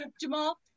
Jamal